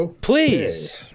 Please